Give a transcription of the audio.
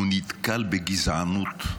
הוא נתקל בגזענות,